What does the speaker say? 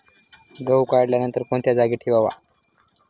गहू काढल्यानंतर कोणत्या जागी ठेवावा?